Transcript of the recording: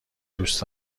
دوست